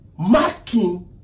masking